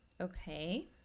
Okay